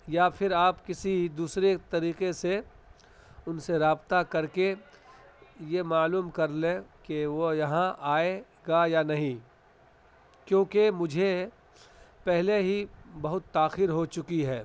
یا پھر آپ کسی دوسرے طریقے سے ان سے رابطہ کر کے یہ معلوم کر لیں کہ وہ یہاں آئے گا یا نہیں کیونکہ مجھے پہلے ہی بہت تاخیر ہو چکی ہے